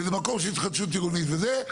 וזה מקום של התחדשות עירונית וזה,